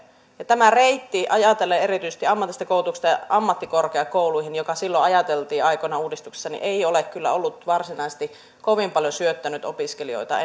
tämä reitti ajatellen erityisesti ammatillisesta koulutuksesta ammattikorkeakouluihin joka silloin aikoinaan ajateltiin uudistuksessa ei ole kyllä varsinaisesti kovin paljon syöttänyt opiskelijoita